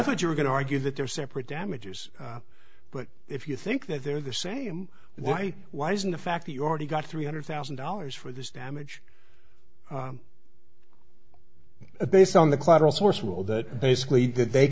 thought you were going to argue that they're separate damages but if you think that they're the same why why isn't the fact that you already got three hundred thousand dollars for this damage based on the